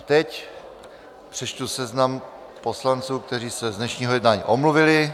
Teď přečtu seznam poslanců, kteří se z dnešního jednání omluvili.